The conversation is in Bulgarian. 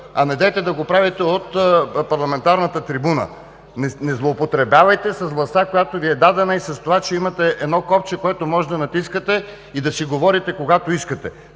а недейте да го правите от парламентарната трибуна. Не злоупотребявайте с властта, която Ви е дадена и с това, че имате едно копче, което можете да натискате и да си говорите, когато искате.